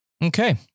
Okay